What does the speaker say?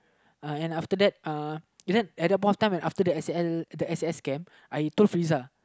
and after that at that point of time after the S_A_S camp I told Friza